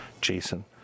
Jason